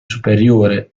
superiore